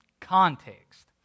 context